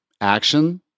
Action